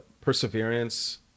perseverance